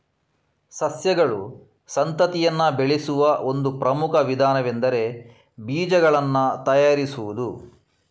ಸಸ್ಯಗಳು ಸಂತತಿಯನ್ನ ಬೆಳೆಸುವ ಒಂದು ಪ್ರಮುಖ ವಿಧಾನವೆಂದರೆ ಬೀಜಗಳನ್ನ ತಯಾರಿಸುದು